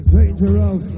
Dangerous